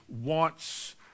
wants